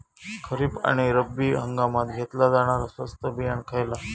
खरीप आणि रब्बी हंगामात घेतला जाणारा स्वस्त बियाणा खयला?